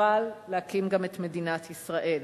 אבל להקים גם את מדינת ישראל.